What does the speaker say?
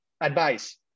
advice